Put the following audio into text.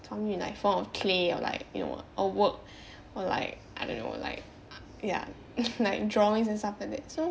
like a form of clay or like you know a work or like I don't know like ya like drawing and stuff like that so